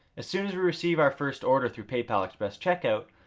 as soon as we receive our first order through paypal express checkout,